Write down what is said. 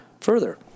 further